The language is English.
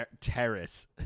Terrace